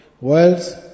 whilst